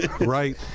right